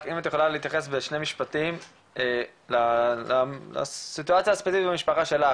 אם את יכולה להתייחס בשני משפטים לסיטואציה הספציפית במשפחה שלך.